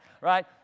Right